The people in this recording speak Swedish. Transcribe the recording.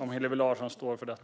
om Hillevi Larsson står för detta.